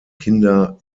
kinder